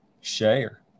Share